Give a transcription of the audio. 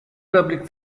public